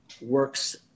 works